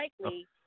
likely